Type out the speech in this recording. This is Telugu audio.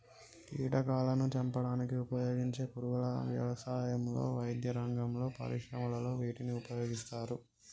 కీటకాలాను చంపడానికి ఉపయోగించే పురుగుల వ్యవసాయంలో, వైద్యరంగంలో, పరిశ్రమలలో వీటిని ఉపయోగిస్తారు